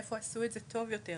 איפה עשו את זה טוב יותר?